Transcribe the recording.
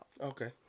Okay